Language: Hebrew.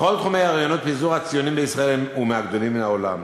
בכל תחומי האוריינות פיזור הציונים בישראל הוא מן הגדולים בעולם.